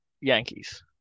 Yankees